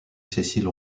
cécile